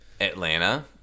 Atlanta